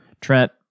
Trent